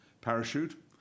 parachute